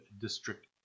District